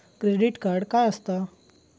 Credit card काय असता?